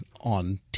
on